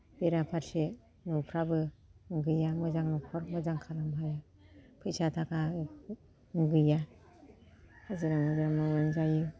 बेराफारसे न'फ्राबो गैया मोजां न'खर मोजां खालामनो हाया फैसा थाखा गैया जों मावनानै जायो